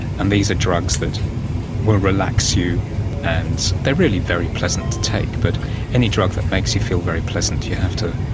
and these are drugs that will relax you and they are really very pleasant to take. but any drug that makes you feel very pleasant, you have to